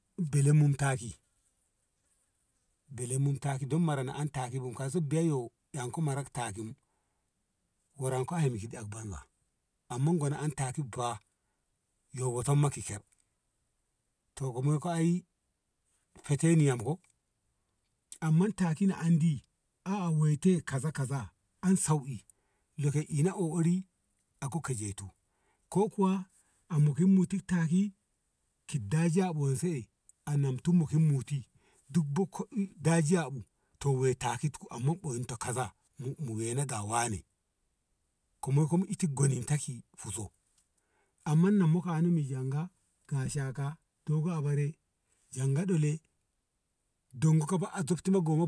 belem mun taki belem mun taki don mara an ti kai so biyan yo an marak ki taki waran hai shi dak baiwa yom na an taki bu fa yo wotom ki ker to ki moi ko ai fete ni yam ai amman taki ni andi a wei te kaza kaza han sa i we ke a o ari a ko keje tu ko kuwa a mokin ni takin ki dajiya bu a moi se e anamki mutum yo te duk bok ki i dajiya bu woi taki ti ku amma woyin ku kaza mo weno ga wane kuma ki unto gwanin ta ki fuzo amma ma kani mi janga gashaka dogo abare janga dole don gaba a dotti no go